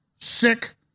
sick